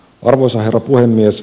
arvoisa herra puhemies